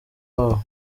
wabo